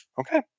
Okay